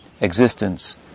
existence